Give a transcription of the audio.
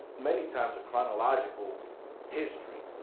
many times a chronological history.